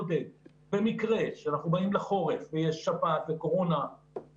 במקרה שבו אנחנו באים לחורף ויש שפעת וקורונה,